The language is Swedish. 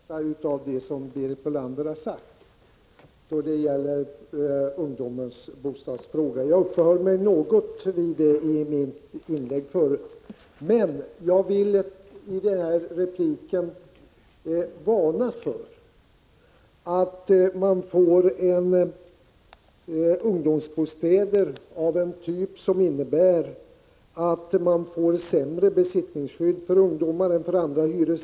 Herr talman! Jag vill gärna instämma i det mesta av vad Berit Bölander sade beträffande ungdomens bostadsfråga. Jag uppehöll mig något vid detta i mitt tidigare inlägg. I repliken vill jag emellertid varna för att vi får ungdomsbostäder med sämre besittningsskydd än när det gäller andra bostäder.